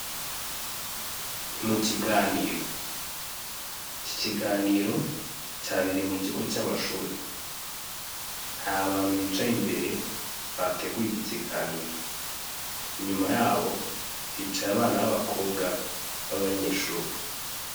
Ni mu kiganiro, iki kiganiro cyabereye mu kigo cy'amashuri, hari abantu bicaye imbere bateguye iki kiganiro, inyuma yabo hicaye abana b'abakobwa b'abanyeshuri.